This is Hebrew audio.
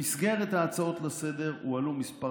אז מה?